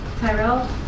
Tyrell